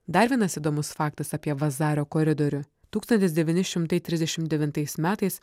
dar vienas įdomus faktas apie vazario koridorių tūkstantis devyni šimtai trisdešimt devintais metais